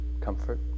comfort